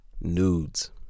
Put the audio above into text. nudes